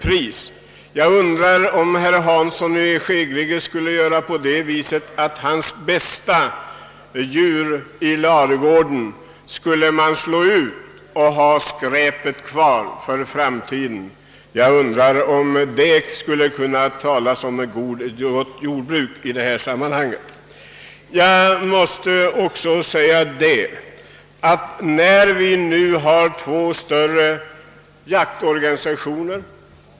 Jag undrar om herr Hansson i Skegrie skulle kunna tänka sig att slakta sina bästa djur i ladugården och behålla skräpet! I så fall skulle det knappast kallas god jordbrukspolitik.